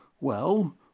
Well